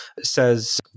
says